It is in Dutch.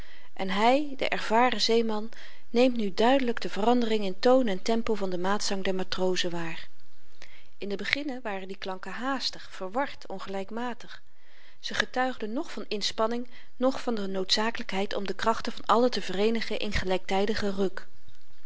en hy de ervaren zeeman neemt nu duidelyk de verandering in toon en tempo van den maatzang der matrozen waar in den beginne waren die klanken haastig verward ongelykmatig ze getuigden noch van inspanning noch van de noodzakelykheid om de krachten van allen te vereenigen in gelyktydigen